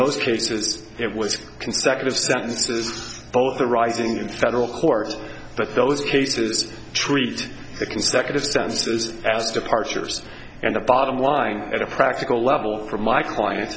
those cases it was consecutive sentences both the rising in federal court but those cases treat the consecutive sentences as departures and the bottom line at a practical level for my clients